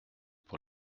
pour